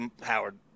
Howard